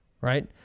right